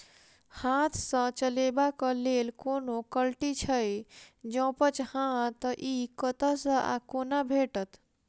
हाथ सऽ चलेबाक लेल कोनों कल्टी छै, जौंपच हाँ तऽ, इ कतह सऽ आ कोना भेटत?